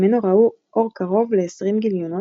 ממנו ראו אור קרוב לעשרים גיליונות,